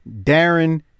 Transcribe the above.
Darren